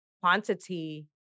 quantity